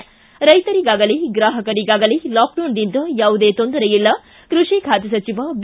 ಿ ರೈತರಿಗಾಗಲೀ ಗ್ರಾಹಕರಿಗಾಗಲೀ ಲಾಕ್ಡೌನ್ನಿಂದ ಯಾವುದೇ ತೊಂದರೆ ಇಲ್ಲ ಕೃಷಿ ಖಾತೆ ಸಚಿವ ಬಿ